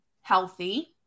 healthy